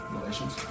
relations